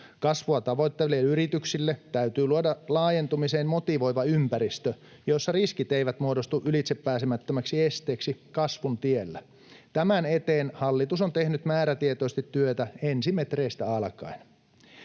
Kasvua tavoitteleville yrityksille täytyy luoda laajentumiseen motivoiva ympäristö, jossa riskit eivät muodostu ylitsepääsemättömäksi esteeksi kasvun tiellä. Tämän eteen hallitus on tehnyt määrätietoisesti työtä ensimetreistä alkaen.